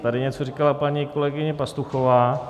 Tady něco říkala paní kolegyně Pastuchová.